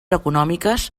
econòmiques